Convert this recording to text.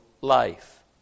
life